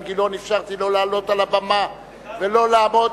גילאון אפשרתי לו לעלות על הבמה ולא לעמוד,